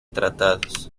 tratados